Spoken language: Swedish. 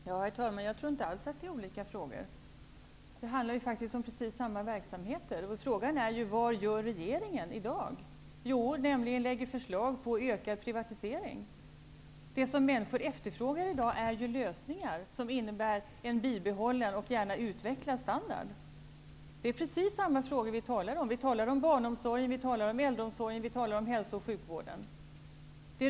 Herr talman! Jag tror inte alls att det är olika saker. Det handlar faktiskt om precis samma verksamheter. Frågan är: Vad gör regeringen i dag? Jo, den lägger fram förslag om ökad privatisering. Det som människor efterfrågar i dag är lösningar som innebär en bibehållen och gärna utvecklad standard. Det är precis samma saker vi talar om: barnomsorgen, äldreomsorgen, hälso och sjukvården.